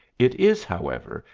it is, however,